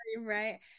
right